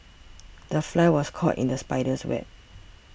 the fly was caught in the spider's web